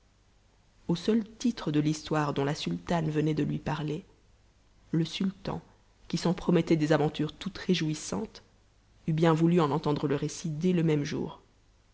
au seul titre de l'histoire dont la sultane venait de lui parler le sultan qui s'en promettait des aventures toutes réjouissantes eût bien voulu en entendre le récit dès le même jour